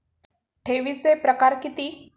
ठेवीचे प्रकार किती?